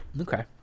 Okay